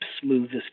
smoothest